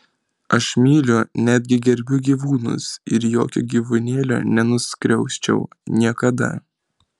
aš myliu netgi gerbiu gyvūnus ir jokio gyvūnėlio nenuskriausčiau niekada